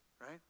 right